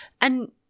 And-